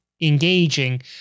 engaging